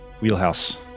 wheelhouse